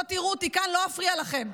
לא תראו אותי כאן, לא אפריע לכם.